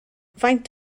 faint